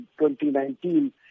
2019